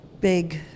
big